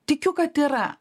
tikiu kad yra